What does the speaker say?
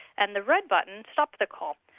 and the red button stopped the call.